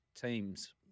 teams